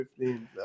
15